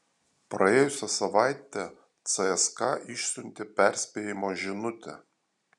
praėjusią savaitę cska išsiuntė perspėjimo žinutę